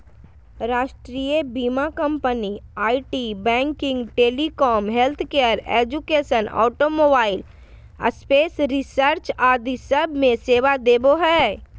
राष्ट्रीय बीमा company IT, banking, telecom, healthcare, education, automobile, space research आदि सब मे सेवा देवो हय